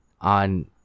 on